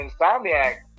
Insomniac